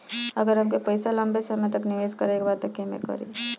अगर हमके पईसा लंबे समय तक निवेश करेके बा त केमें करों?